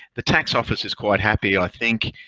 the tax office is quite happy i think.